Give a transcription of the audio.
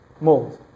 Mold